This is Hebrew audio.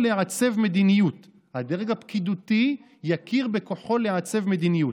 לעצב מדיניות" הדרג הפקידותי יכיר בכוחו לעצב מדיניות.